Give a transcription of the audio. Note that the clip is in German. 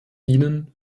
ihnen